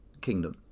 Kingdom